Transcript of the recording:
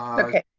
okay.